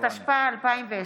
התשפ"א 2020,